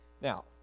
Now